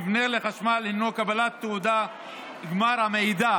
בין הכלל שלפיו תנאי לחיבור מבנה לחשמל הינו קבלת תעודת גמר המעידה